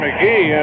McGee